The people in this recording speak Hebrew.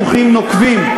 האמן לי, היו ויכוחים נוקבים.